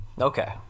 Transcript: Okay